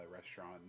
restaurant